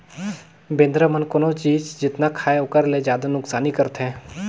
बेंदरा मन कोनो चीज जेतना खायें ओखर ले जादा नुकसानी करथे